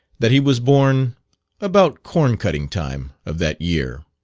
that he was born about corn-cutting time of that year.